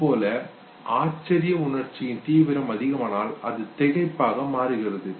இதேபோல் ஆச்சரிய உணர்ச்சியின் தீவிரம் அதிகமானால் அது திகைப்பாக மாறுகிறது